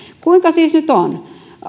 kuinka siis nyt on